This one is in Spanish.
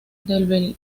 belgrano